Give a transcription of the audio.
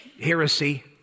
heresy